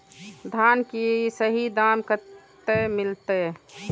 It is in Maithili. धान की सही दाम कते मिलते?